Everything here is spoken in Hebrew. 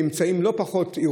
היו לא פחות,